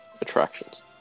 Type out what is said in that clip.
attractions